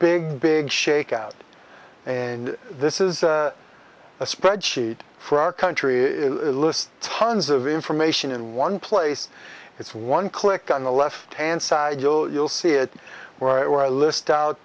big big shakeout and this is a spreadsheet for our country list tons of information in one place it's one click on the left hand side you'll you'll see it where it were a list out